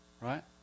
right